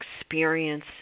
experience